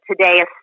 Today